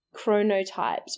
chronotypes